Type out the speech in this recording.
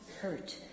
hurt